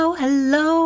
hello